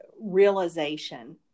realization